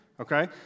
Okay